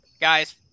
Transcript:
Guys